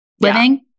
living